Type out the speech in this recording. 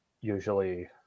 usually